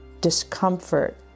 discomfort